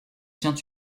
tient